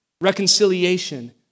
Reconciliation